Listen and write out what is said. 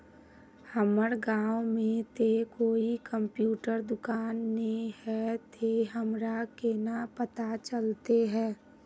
हमर गाँव में ते कोई कंप्यूटर दुकान ने है ते हमरा केना पता चलते है?